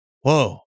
Whoa